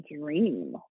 dream